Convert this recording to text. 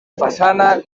façana